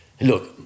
Look